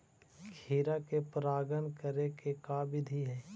खिरा मे परागण करे के का बिधि है?